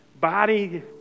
body